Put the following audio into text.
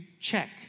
check